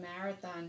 marathon